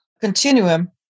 continuum